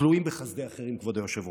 תלויים בחסדי האחרים, כבוד היושב-ראש,